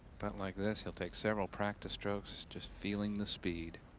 like this, he'll take several practice strokes. just feeling the speed.